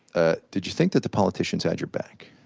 ah did you think that the politicians had your back?